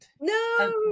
No